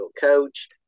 coach